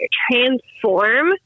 transform